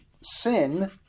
sin